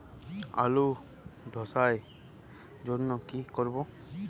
আলুতে ধসার জন্য কি করব?